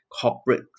corporate